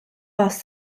bus